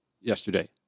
yesterday